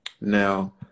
Now